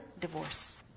divorce